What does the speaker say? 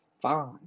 fine